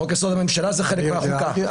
חוק-יסוד: הממשלה, הוא חלק מהחוקה.